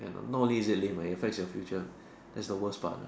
not only is it lame eh it affect your future that's the worst part lah